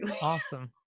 Awesome